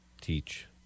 teach